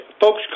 folks